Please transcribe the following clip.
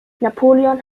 napoleon